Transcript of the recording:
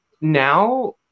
now